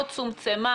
או צומצמה,